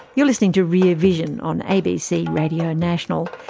you're listening to rear vision on abc radio national.